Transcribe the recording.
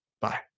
Bye